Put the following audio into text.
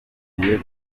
ukwiriye